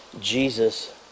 Jesus